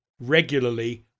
regularly